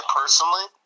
personally